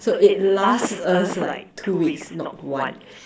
so it lasts us like two weeks not one